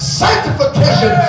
sanctification